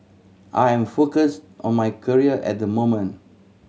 I am focused on my career at the moment